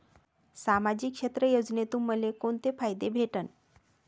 सामाजिक क्षेत्र योजनेतून मले कोंते फायदे भेटन?